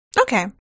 Okay